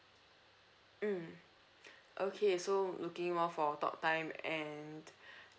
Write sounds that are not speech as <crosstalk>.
mm <breath> okay so looking more for talk time and <breath>